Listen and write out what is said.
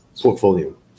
portfolio